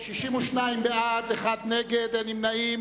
1 3 נתקבלו בעד, 62, אחד נגד, אין נמנעים.